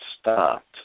stopped